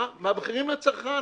מהמחירים לצרכן.